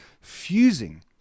fusing